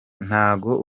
ntago